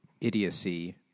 idiocy